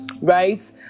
right